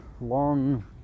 long